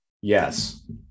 Yes